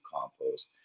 compost